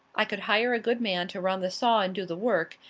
i could hire a good man to run the saw and do the work,